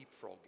leapfrogging